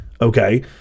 okay